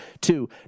Two